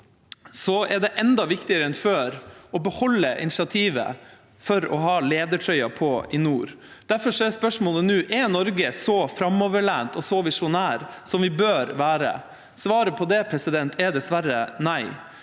er det enda viktigere enn før å beholde initiativet for å ha ledertrøya på i nord. Derfor er spørsmålet nå: Er Norge så framoverlent og så visjonær som vi bør være? Svaret på det er dessverre nei.